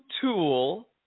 tool